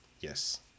Yes